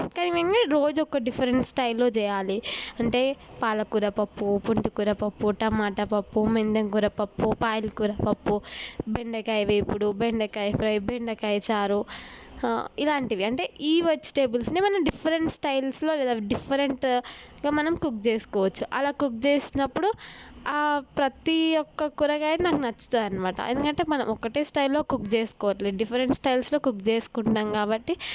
కానీ రోజు ఒక డిఫరెంట్ స్టైల్లో చెయ్యాలి అంటే పాలకూర పప్పు పుంటికూర పప్పు టమాట పప్పు మెందెం కూర పప్పు పాయలకూర పప్పు బెండకాయ వేపుడు బెండకాయ ఫ్రై బెండకాయ చారు ఇలాంటివి అంటే ఈ వెజిటేబుల్స్ని మనం డిఫెరెంట్ స్టైల్స్లో లేదా డిఫరెంట్గా మనం కుక్ చేసుకోవచ్చు అలా కుక్ చేసినప్పుడు ప్రతి ఒక్క కూరగాయ నాకు నచ్చుతుంది అన్నమాట ఎందుకంటే మనం ఒకటే స్టైల్లో కుక్ చేసుకోవట్లేదు డిఫరెంట్ స్టైల్స్లో కుక్ చేసుకుంటున్నాం కాబట్టి